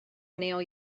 neil